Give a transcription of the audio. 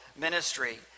ministry